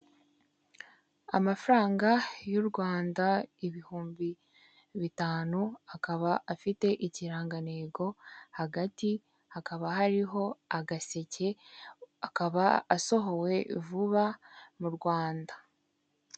Amafaranga y'u Rwanda ibihumbi bitanu akaba afite ikirangantego hagati hakaba hariho agaseke akaba asohowe vuba mu Rwanda.